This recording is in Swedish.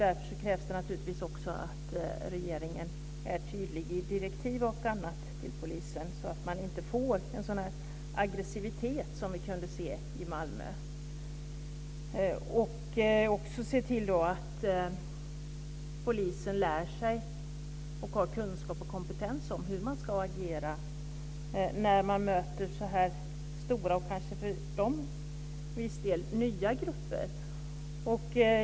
Därför krävs det att regeringen är tydlig i direktiv och annat till polisen så att det inte uppstår en sådan aggressivitet som vi kunde se i Malmö. Man måste också se till att polisen lär sig hur man ska agera när man möter stora och till viss del nya grupper.